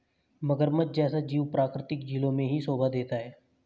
मगरमच्छ जैसा जीव प्राकृतिक झीलों में ही शोभा देता है